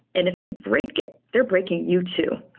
and if they break it, they're breaking you too.